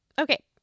Okay